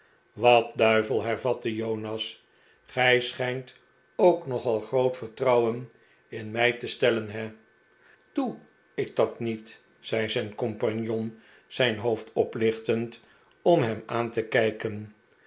wat dui vel hervatte jonas gij schijnt ook nogal groot vertrouwen in mij te stellen he doe ik dat niet zei zijn compagnon zijn hoofd oplichtend om hem aan te kijken